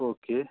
okay